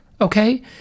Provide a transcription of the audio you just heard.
okay